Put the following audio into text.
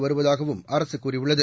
வருவதாகவும் அரசு கூறியுள்ளது